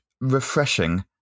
refreshing